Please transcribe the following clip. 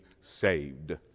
saved